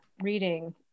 reading